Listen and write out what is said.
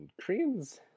creams